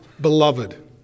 beloved